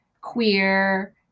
queer